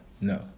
no